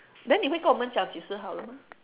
then 你会跟我们讲几时好了吗